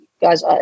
guys